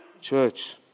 Church